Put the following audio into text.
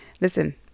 listen